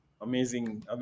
Amazing